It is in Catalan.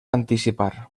anticipar